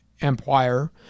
empire